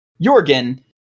Jorgen